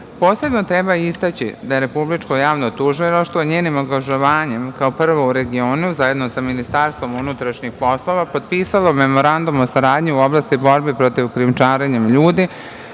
plana. Posebno treba istaći da je Republičko javno tužilaštvo njenim angažovanjem, kao prvo u regionu, zajedno sa Ministarstvom unutrašnjih poslova, potpisalo Memorandum o saradnji u oblasti borbe protiv krijumčarenja ljudi,